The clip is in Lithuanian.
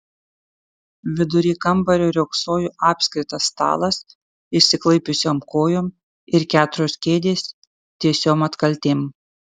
vidury kambario riogsojo apskritas stalas išsiklaipiusiom kojom ir keturios kėdės tiesiom atkaltėm